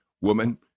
woman